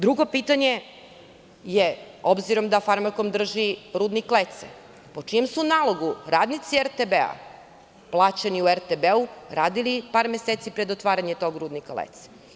Drugo pitanje je, da s obzirom da "Farmakom" drži rudnik Lece, po čijem su nalogu radnici RTB plaćeni u RTB, radili par meseci pred otvaranje tog rudnika Lece.